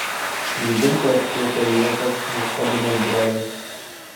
žibintu apšvietė liepą ieškodamas drevių